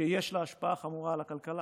שיש לה השפעה חמורה על הכלכלה,